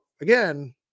again